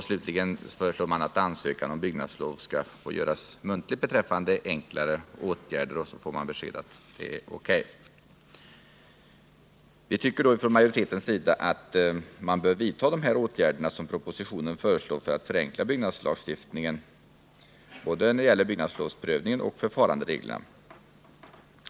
Slutligen föreslås att ansökan om byggnadslov beträffande enklare åtgärder skall få göras muntligt, varefter man får besked om huruvida det är O. K. Vi tycker från utskottsmajoritetens sida att man bör vidta de här åtgärderna som propositionen föreslår för att förenkla byggnadslagstiftningen, både när det gäller byggnadslovsprövningen och förfarandereglerna.